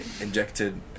injected